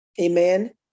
Amen